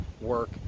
work